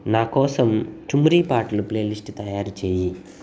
నాకోసం టుమ్రీ పాటలు ప్లేలిస్టు తయారు చేయి